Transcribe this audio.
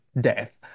death